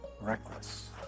reckless